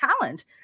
talent